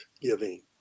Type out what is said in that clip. giving